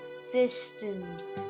systems